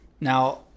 Now